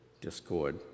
discord